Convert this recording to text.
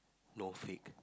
no fake